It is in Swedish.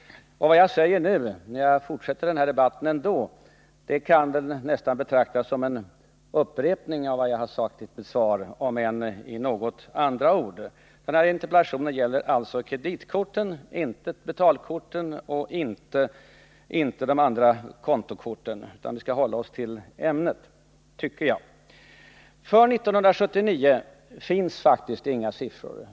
Vad jag säger nu när jag ändå fortsätter den här debatten kan väl nästan betraktas som en upprepning av vad jag har sagt i mitt svar, om än med något andra ord. Den här interpellationen gäller alltså kreditkorten — inte betalkorten och inte de andra kontokorten. Vi bör hålla oss till ämnet, tycker jag. För 1979 finns det faktiskt inga siffror.